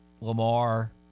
Lamar